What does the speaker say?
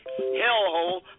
hellhole